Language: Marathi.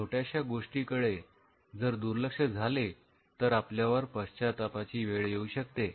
या छोट्याशा गोष्टीकडे जर दुर्लक्ष झाले तर आपल्यावर पश्चात्तापाची वेळ येऊ शकते